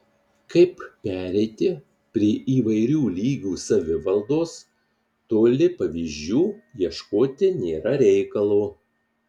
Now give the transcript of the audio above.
kaip pereiti prie įvairių lygių savivaldos toli pavyzdžių ieškoti nėra reikalo